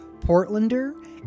Portlander